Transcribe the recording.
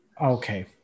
okay